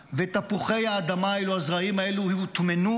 תפוחי האדמה האלה, הזרעים האלה, הוטמנו,